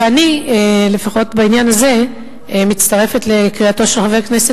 ואני לפחות בעניין הזה מצטרפת לקריאתו של חבר הכנסת